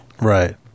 right